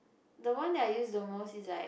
the one that I use the most is like